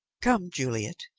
come, juliet,